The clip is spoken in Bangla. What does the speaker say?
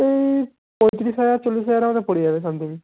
এই পঁয়ত্রিশ হাজার চল্লিশ হাজারের মতো পড়ে যাবে সামথিং